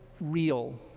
real